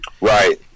Right